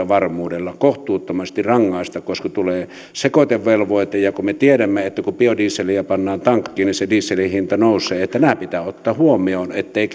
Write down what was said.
varmuudella ei kohtuuttomasti rangaistaisi koska tulee sekoitevelvoite ja me tiedämme että kun biodieseliä pannaan tankkiin se dieselin hinta nousee nämä pitää ottaa huomioon ettei